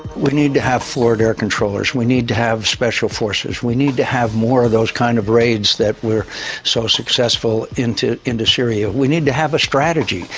we need to have forward air controllers, we need to have special forces, we need to have more of those kind of raids that were so successful into into syria. we need to have a strategy.